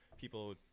people